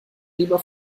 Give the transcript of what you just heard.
lieber